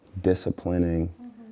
disciplining